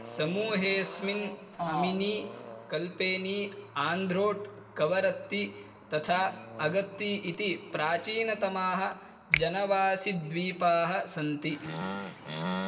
समूहेस्मिन् अमिनी कल्पेनि आन्ध्रोट् कवरत्ति तथा अगत्ति इति प्राचीनतमाः जनवासिद्वीपाः सन्ति